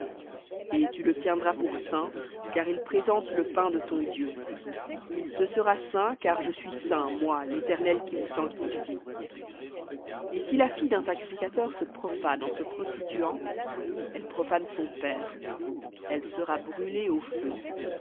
et tu le tiendras pour saint car il présente le pain de ton dieu il te sera saint car je suis saint moi l'éternel qui vous sanctifie et si la fille d'un sacrificateur se profane en se prostituant elle profane son père elle sera brûlée au feu